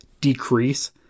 decrease